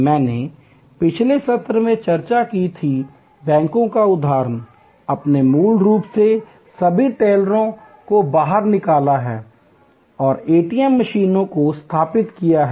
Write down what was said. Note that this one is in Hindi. मैंने पिछले सत्र में चर्चा की थी बैंकों का उदाहरण आपने मूल रूप से सभी टेलरों को बाहर निकाला है और एटीएम मशीनों को स्थापित किया है